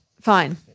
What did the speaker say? fine